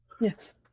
Yes